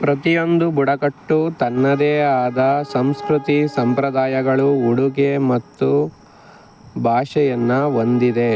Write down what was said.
ಪ್ರತಿಯೊಂದು ಬುಡಕಟ್ಟು ತನ್ನದೇ ಆದ ಸಂಸ್ಕೃತಿ ಸಂಪ್ರದಾಯಗಳು ಉಡುಗೆ ಮತ್ತು ಭಾಷೆಯನ್ನ ಹೊಂದಿದೆ